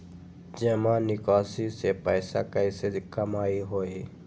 जमा निकासी से पैसा कईसे कमाई होई?